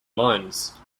lines